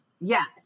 Yes